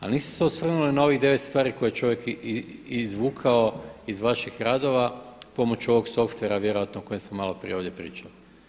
A niste se osvrnuli na ovih 9 stvari koje je čovjek izvukao iz vaših radova pomoću ovoga softvera vjerojatno o kojem smo malo prije ovdje pričali.